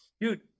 dude